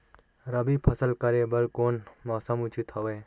रबी फसल करे बर कोन मौसम उचित हवे?